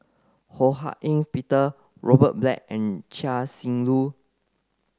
Ho Hak Ean Peter Robert Black and Chia Shi Lu